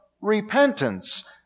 repentance